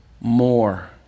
More